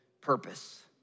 purpose